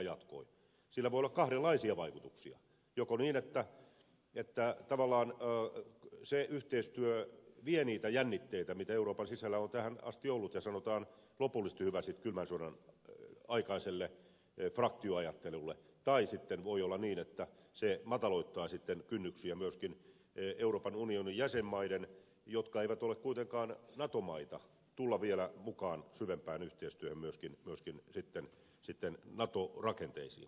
sillä voi olla kahdenlaisiakin vaikutuksia joko niin että tavallaan se yhteistyö vie niitä jännitteitä mitä euroopan sisällä on tähän asti ollut ja sanotaan lopullisesti hyvästit kylmän sodan aikaiselle fraktioajattelulle tai sitten voi olla niin että se mataloittaa kynnyksiä myöskin euroopan unionin jäsenmaiden jotka eivät ole kuitenkaan nato maita tulla vielä mukaan syvempään yhteistyöhön myöskin sitten nato rakenteisiin